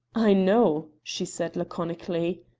i know, she said, laconically.